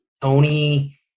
Tony